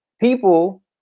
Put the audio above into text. people